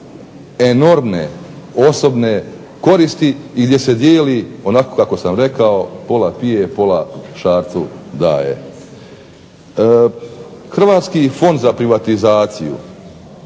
Hrvatski fond za privatizaciju